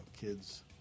kids